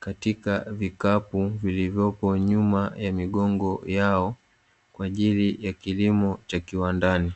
katika vikapu vilivyopo nyuma ya migongo yao. Kwa ajili ya kilimo cha kiwandani.